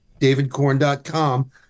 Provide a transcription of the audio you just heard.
davidkorn.com